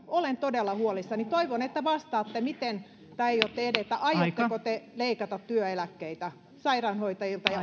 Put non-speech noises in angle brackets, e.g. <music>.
olen todella huolissani toivon että vastaatte miten te aiotte edetä aiotteko te leikata työeläkkeitä sairaanhoitajilta ja <unintelligible>